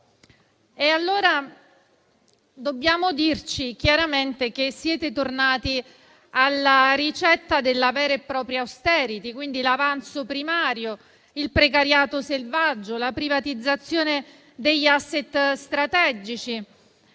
E allora, dobbiamo dirci chiaramente che siete tornati alla ricetta della vera e propria *austerity*, quindi l'avanzo primario, il precariato selvaggio, la privatizzazione degli *asset* strategici.